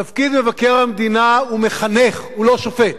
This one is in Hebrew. תפקיד מבקר המדינה הוא מחנך, הוא לא שופט.